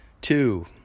Two